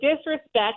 disrespect